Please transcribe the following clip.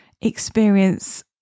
experience